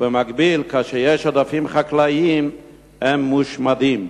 במקביל, כאשר יש עודפים חקלאיים הם מושמדים.